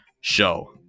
show